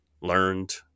learned